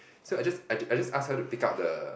so I just I I just ask her to pick out the